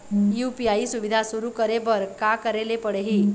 UPI सुविधा शुरू करे बर का करे ले पड़ही?